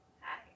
Hi